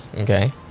Okay